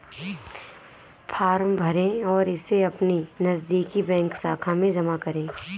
form भरें और इसे अपनी नजदीकी बैंक शाखा में जमा करें